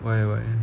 why why